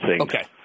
Okay